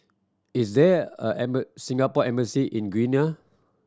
is there a Singapore Embassy in Guinea